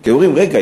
כי אומרים: רגע,